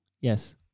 Yes